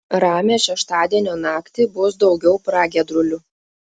ramią šeštadienio naktį bus daugiau pragiedrulių